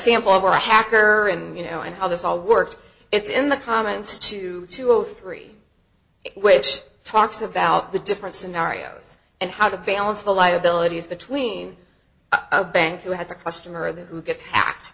sample of a hacker and you know and how this all works it's in the comments two two zero three which talks about the different scenarios and how to balance the liabilities between a bank who has a customer there who gets hacked